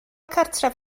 cartref